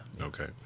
okay